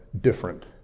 different